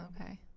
okay